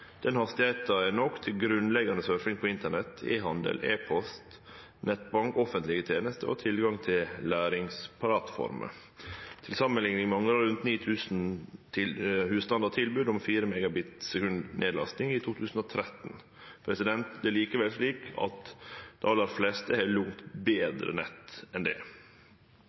grunnleggjande surfing på internett, e-handel, e-post, nettbank, offentlege tenester og tilgang til læringsplattformer. Til samanlikning mangla rundt 9 000 husstandar tilbod om 4 Mbit/s nedlasting i 2013. Det er likevel slik at dei aller fleste har langt betre nett enn det.